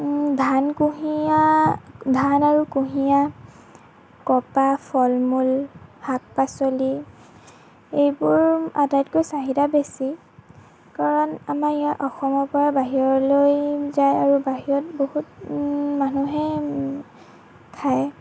ধান কুঁহিয়া ধান আৰু কুঁহিয়াৰ কপাহ ফল মূল শাক পাচলি এইবোৰ আটাইতকৈ চাহিদা বেছি কাৰণ আমাৰ ইয়াত অসমৰ পৰা বাহিৰলৈ যায় আৰু বাহিৰত বহুত মানুহে খায়